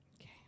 Okay